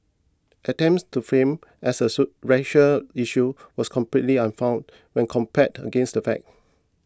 attempts to frame as a soup racial issue was completely unfounded when compared against the facts